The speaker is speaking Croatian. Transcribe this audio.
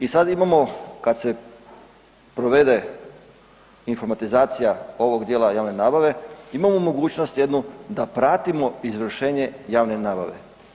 I sad imamo kada se provede informatizacija ovog dijela javne nabave, imamo mogućnost jednu da pratimo izvršenje javne nabave.